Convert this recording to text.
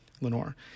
Lenore